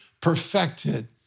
perfected